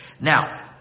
Now